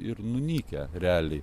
ir nunykę realiai